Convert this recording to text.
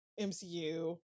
MCU